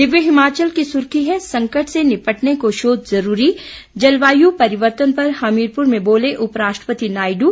दिव्य हिमाचल की सुर्खी है संकट से निपटने को शोध जरूरी जलवायु परिवर्तन पर हमीरपुर में बोले उपराष्ट्रपति नायडू